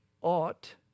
ought